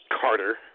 Carter